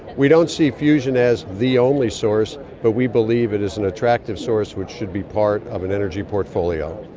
we don't see fusion as the only source but we believe it is an attractive source which should be part of an energy portfolio.